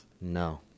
No